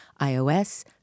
iOS